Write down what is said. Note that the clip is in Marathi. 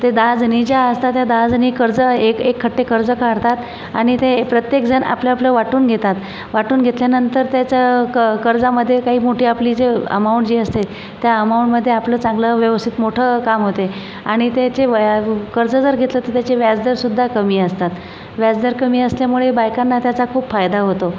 त्या दहाजणी ज्या असतात त्या दहाजणी कर्ज एक एकठ्ठे कर्ज काढतात आणि ते प्रत्येकजण आपलं आपलं वाटून घेतात वाटून घेतल्यानंतर त्याचं क कर्जामध्ये काही मोठी आपली जी अमाऊंट जी असते त्या अमाऊंटमध्ये आपलं चांगलं व्यवस्थित मोठं काम होतं आणि त्याचे व्या कर्ज जर घेतलं तर त्याचे व्याजदरसुद्धा कमी असतात व्याजदर कमी असल्यामुळे बायकांना त्याचा खूप फायदा होतो